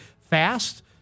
fast